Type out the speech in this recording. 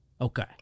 Okay